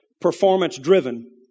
performance-driven